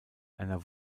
einer